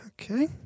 Okay